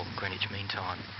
greenwich mean time.